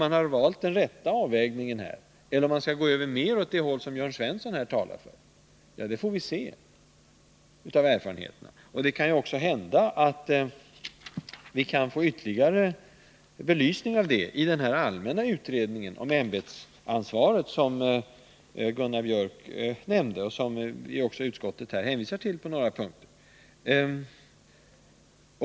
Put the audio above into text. Om vi har gjort den rätta avvägningen eller om vi skall gå över mer åt det håll som Jörn Svensson talar för får erfarenheterna utvisa. Det kan hända att vi får en ytterligare belysning av frågan i och med den allmänna utredningen om ämbetsansvaret, som Gunnar Biörck i Värmdö nämnde och som utskottet också hänvisar till.